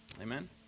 amen